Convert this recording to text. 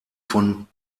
von